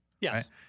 Yes